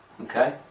Okay